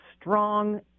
strong